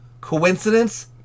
Coincidence